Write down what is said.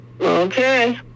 Okay